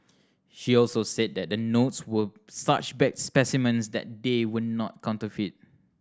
she also said that the notes were such bad specimens that they were not counterfeit